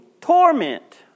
torment